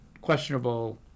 questionable